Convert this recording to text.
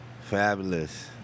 Fabulous